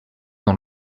dans